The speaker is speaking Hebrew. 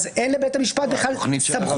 אז אין לבית המשפט בכלל סמכות.